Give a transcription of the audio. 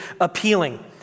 appealing